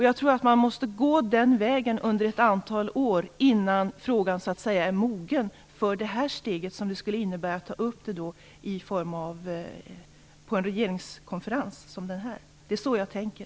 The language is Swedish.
Jag tror att man under ett antal år måste gå den vägen innan frågan så att säga är mogen för det steg som det skulle innebära att ta upp den på en regeringskonferens. Det är så jag tänker.